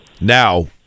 Now